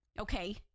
okay